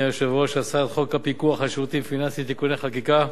הצעת חוק הפיקוח על שירותים פיננסיים (תיקוני חקיקה).